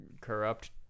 corrupt